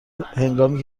هنگامی